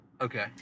Okay